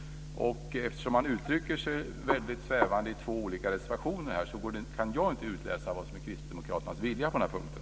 Eftersom man uttrycker sig väldigt svävande i två olika reservationer kan jag inte utläsa vad som är kristdemokraternas vilja på den här punkten.